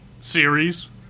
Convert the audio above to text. series